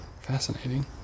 Fascinating